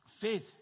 Faith